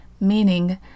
Meaning